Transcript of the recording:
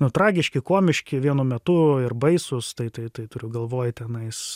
nu tragiški komiški vienu metu ir baisūs tai tai tai turiu galvoj tenais